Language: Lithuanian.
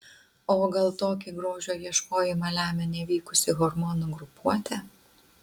o gal tokį grožio ieškojimą lemia nevykusi hormonų grupuotė